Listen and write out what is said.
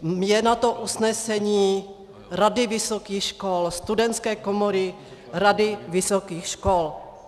Je na to usnesení Rady vysokých škol, Studentské komory Rady vysokých škol.